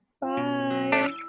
Bye